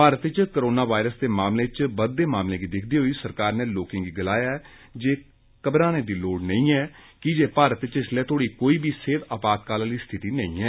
भारत च corona virus दे मामलें च बघदे मामलें गी दिक्खदे होई सरकार नै लोकें गी गलाया ऐ जे घबराने दी लोड़ नेई ऐ कीजे भारत इसलै तोड़ी कोई बी सेहत आपातकाल आली स्थिति नेई ऐ